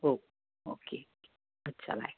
okay okay अच्छा bye